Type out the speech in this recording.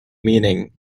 meaning